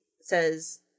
says